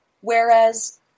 Whereas